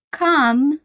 come